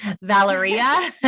Valeria